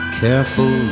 careful